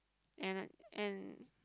and a and